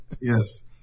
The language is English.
Yes